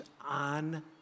on